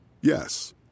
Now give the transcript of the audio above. Yes